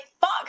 Fuck